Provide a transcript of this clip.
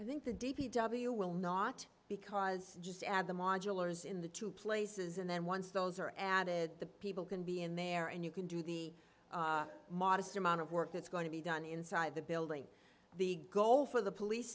i think the d p w will not because just add the modulars in the two places and then once those are added the people can be in there and you can do the modest amount of work that's going to be done inside the building the goal for the police